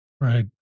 Right